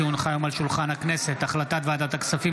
כי הונחה היום על שולחן הכנסת החלטת ועדת הכספים